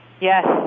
Yes